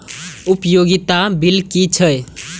उपयोगिता बिल कि छै?